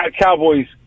Cowboys